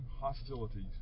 hostilities